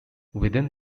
within